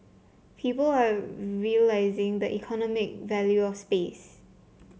people are realizing the economic value of space